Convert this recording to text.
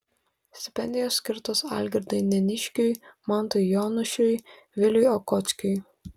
stipendijos skirtos algirdui neniškiui mantui jonušiui viliui okockiui